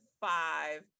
five